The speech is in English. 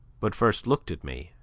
but first looked at me,